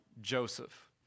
Joseph